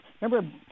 remember